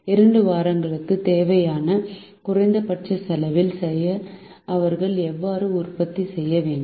2 வாரங்களின் தேவையை குறைந்தபட்ச செலவில் செய்ய அவர்கள் எவ்வாறு உற்பத்தி செய்ய வேண்டும்